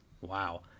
wow